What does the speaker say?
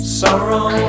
sorrow